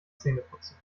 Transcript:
zähneputzen